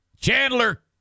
Chandler